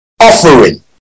offering